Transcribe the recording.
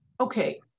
Okay